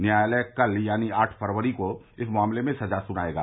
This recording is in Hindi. न्यायालय कल यानी आठ फरवरी को इस मामले में सजा सुनायेगा